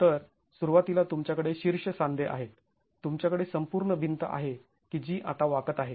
तर सुरुवातीला तुमच्याकडे शीर्ष सांधे आहेत तुमच्याकडे संपूर्ण भिंत आहे की जी आता वाकत आहे